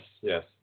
yes